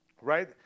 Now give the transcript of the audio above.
right